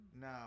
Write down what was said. no